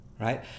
right